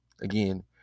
Again